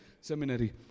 seminary